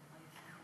תודה.